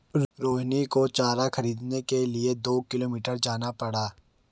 रोहिणी को चारा खरीदने के लिए दो किलोमीटर जाना पड़ा